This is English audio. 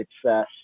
success